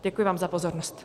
Děkuji vám za pozornost.